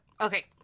okay